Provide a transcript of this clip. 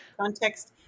Context